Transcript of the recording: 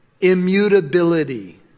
immutability